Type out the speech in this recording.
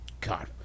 god